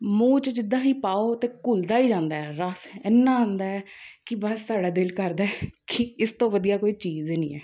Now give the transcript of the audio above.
ਮੂੰਹ 'ਚ ਜਿੱਦਾਂ ਹੀ ਪਾਓ ਅਤੇ ਘੁੱਲਦਾ ਹੀ ਜਾਂਦਾ ਹੈ ਰਸ ਇੰਨਾਂ ਆਉਂਦਾ ਹੈ ਕਿ ਬਸ ਸਾਡਾ ਦਿਲ ਕਰਦਾ ਕਿ ਇਸ ਤੋਂ ਵਧੀਆ ਕੋਈ ਚੀਜ਼ ਹੀ ਨਹੀਂ ਹੈ